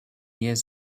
years